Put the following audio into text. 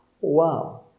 Wow